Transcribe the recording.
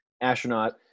astronaut